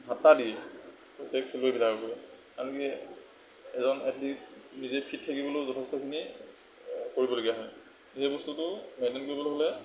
ভাট্টা দিয়ে প্ৰত্যেক খেলুৱৈবিলাককে কাৰণ কি এজন এথলিট নিজেও ফিট থাকিবলৈও যথেষ্টখিনি কৰিব লগীয়া হয় সেই বস্তুটো মেইনটেইন কৰিবলৈ হ'লে